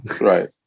Right